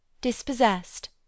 dispossessed